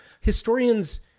historians